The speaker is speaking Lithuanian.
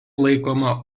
laikoma